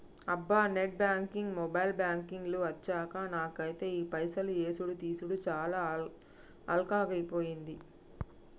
అబ్బా net banking mobile banking లు అచ్చాక నాకైతే ఈ పైసలు యేసుడు తీసాడు చాలా అల్కగైపోయింది